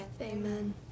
Amen